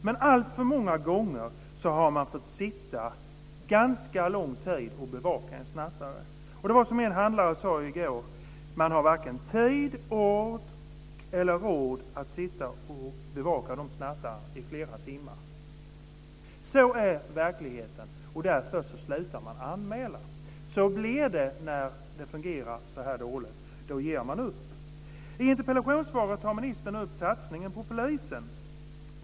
Men alltför många gånger har handlarna fått sitta ganska lång tid och bevaka en snattare. Som en handlare sade i går: Man har varken tid, ork eller råd att sitta och bevaka snattarna i flera timmar. Sådan är verkligheten. Därför slutar man anmäla. Så blir det när det fungerar så här dåligt. Då ger man upp. I interpellationssvaret tar ministern upp satsningen på polisen.